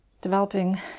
Developing